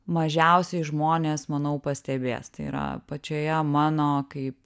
mažiausiai žmonės manau pastebės tai yra pačioje mano kaip